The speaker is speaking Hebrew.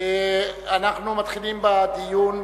אנחנו מתחילים בדיון.